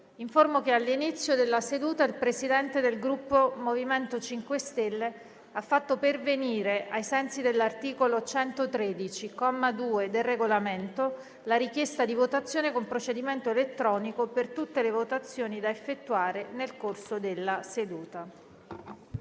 che all'inizio della seduta il Presidente del Gruppo MoVimento 5 Stelle ha fatto pervenire, ai sensi dell'articolo 113, comma 2, del Regolamento, la richiesta di votazione con procedimento elettronico per tutte le votazioni da effettuare nel corso della seduta.